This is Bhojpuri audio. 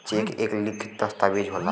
चेक एक लिखित दस्तावेज होला